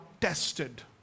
tested